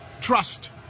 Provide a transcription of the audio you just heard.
trust